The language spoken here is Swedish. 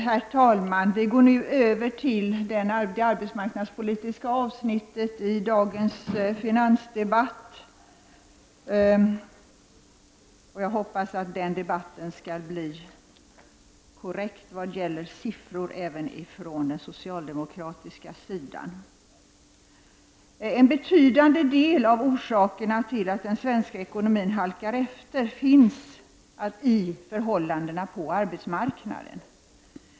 Herr talman! Vi går nu över till det arbetsmarknadspolitiska avsnittet i dagens finansdebatt. Jag hoppas att den debatten skall bli korrekt vad gäller siffror även från den socialdemokratiska sidan. En betydande del av orsakerna till att den svenska ekonomin halkar efter finns i förhållandena på arbetsmarknaden.